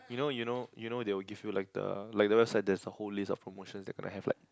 you know you know you know they will give you like the like the website there is a whole list of promotions they gonna have like